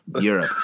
Europe